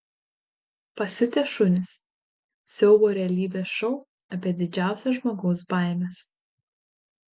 pasiutę šunys siaubo realybės šou apie didžiausias žmogaus baimes